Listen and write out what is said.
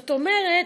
כלומר,